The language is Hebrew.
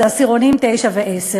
זה עשירונים 9 ו-10.